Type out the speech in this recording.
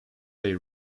they